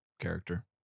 character